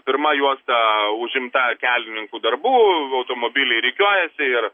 pirma juosta užimta kelininkų darbų automobiliai rikiuojasi ir